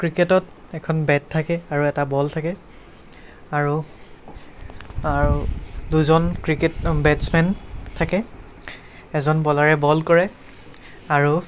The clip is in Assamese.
ক্ৰিকেটত এখন বেট থাকে আৰু এটা বল থাকে আৰু আৰু দুজন ক্ৰিকেট বেটচমেন থাকে এজন বলাৰে বল কৰে আৰু